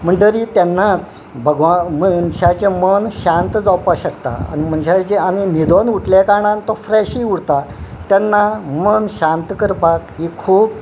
म्हणटरी तेन्नाच भगवान मनशाचे मन शांत जावपा शकता आनी मनशाचे आनी निदून उठल्या कारणान तो फ्रेशय उरता तेन्ना मन शांत करपाक ही खूब